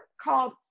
called